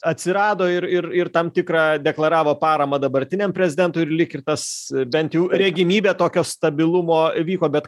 atsirado ir ir ir tam tikrą deklaravo paramą dabartiniam prezidentui ir lyg ir tas bent jau regimybė tokio stabilumo vyko bet